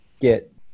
get